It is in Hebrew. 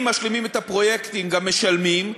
אם משלימים את הפרויקטים גם משלמים.